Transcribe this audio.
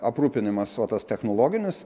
aprūpinimas va tas technologinis